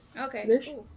Okay